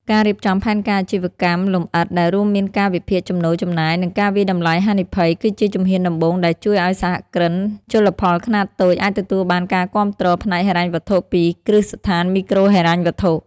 ការរៀបចំផែនការអាជីវកម្មលម្អិតដែលរួមមានការវិភាគចំណូល-ចំណាយ និងការវាយតម្លៃហានិភ័យ គឺជាជំហានដំបូងដែលជួយឱ្យសហគ្រិនជលផលខ្នាតតូចអាចទទួលបានការគាំទ្រផ្នែកហិរញ្ញវត្ថុពីគ្រឹះស្ថានមីក្រូហិរញ្ញវត្ថុ។